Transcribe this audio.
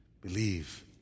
believe